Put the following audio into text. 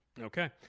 Okay